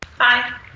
Hi